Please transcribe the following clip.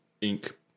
ink